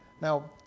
Now